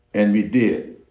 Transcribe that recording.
and we did.